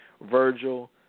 Virgil